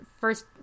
first